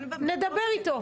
נדבר איתו.